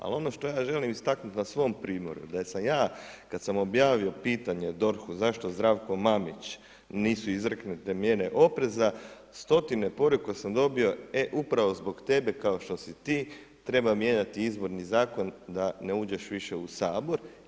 Ali ono što ja želim istaknut na svom primjeru, da sa ja kad sam objavio pitanje DORH-u, zašto Zdravku Mamiću nisu izreknete mjere opreza stotine poruka sam dobio – e upravo zbog tebe kao što si ti treba mijenjati Izborni zakon da ne uđeš više u Sabor.